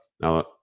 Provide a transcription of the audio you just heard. Now